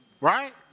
Right